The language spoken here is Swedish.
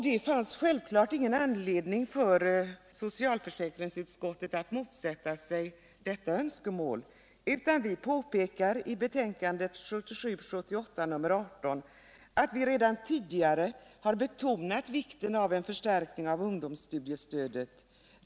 Det fanns självfallet ingen anledning för socialförsäkringsutskottet att motsätta sig detta önskemål, utan vi påpekar i betänkandet — 1977/78:18 — att vi redan tidigare har betonat vikten av en förstärkning av ungdomsstudiestödet.